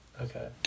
okay